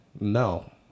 No